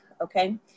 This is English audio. okay